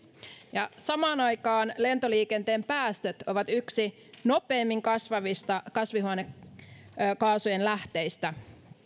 samaan aikaan lentoliikenteen päästöt ovat yksi nopeimmin kasvavista kasvihuonekaasujen lähteistä